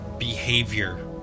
behavior